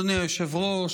אדוני היושב-ראש,